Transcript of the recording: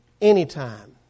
Anytime